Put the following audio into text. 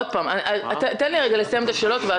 תן לי לסיים את השאלות.